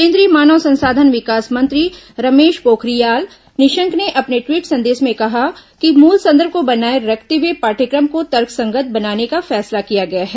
केन्द्रीय मानव संसाधन विकास मंत्री रमेश पोखरियाल निशंक ने अपने ट्वीट संदेश में कहा कि मूल संदर्भ को बनाए रखते हुए पाठ्यक्रम को तर्कसंगत बनाने का फैसला किया गया है